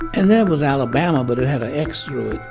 and there was alabama, but it had an x through it.